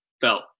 felt